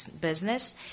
business